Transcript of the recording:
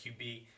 qb